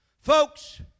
Folks